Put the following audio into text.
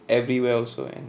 everywhere also and